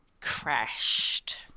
crashed